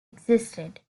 existed